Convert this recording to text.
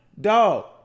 dog